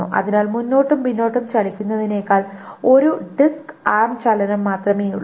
അതിനാൽ മുന്നോട്ടും പിന്നോട്ടും ചലിക്കുന്നതിനേക്കാൾ ഒരു ഡിസ്ക് ആം ചലനം മാത്രമേയുള്ളൂ